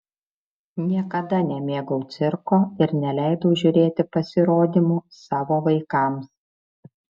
niekada nemėgau cirko ir neleidau žiūrėti pasirodymų savo vaikams